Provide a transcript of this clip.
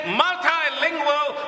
multilingual